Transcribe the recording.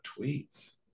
tweets